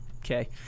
Okay